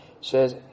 says